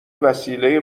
وسیله